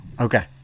Okay